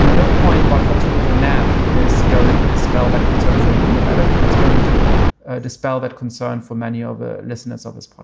no no point about fox news or naf is going to dispel that concern for me. and i don't think it's going to dispel that concern for many of the listeners of this